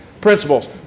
principles